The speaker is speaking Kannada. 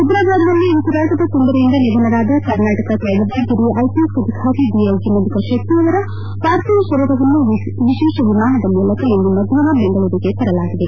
ಹೈದ್ರಾಬಾದ್ನಲ್ಲಿ ಉಸಿರಾಟದ ತೊಂದರೆಯಿಂದ ನಿಧನರಾದ ಕರ್ನಾಟಕ ಕೆಡರ್ನ ಹಿರಿಯ ಐಪಿಎಸ್ ಅಧಿಕಾರಿ ಡಿಐಜಿ ಮಧುಕರ್ ಶೆಟ್ಟಿ ಅವರ ಪಾರ್ಥಿವ ಶರೀರವನ್ನು ವಿಶೇಷ ವಿಮಾನದ ಮೂಲಕ ಇಂದು ಮಧ್ಯಾಷ್ನ ಬೆಂಗಳೂರಿಗೆ ತರಲಾಗಿದೆ